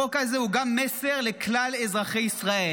החוק הזה הוא גם מסר לכלל אזרחי ישראל: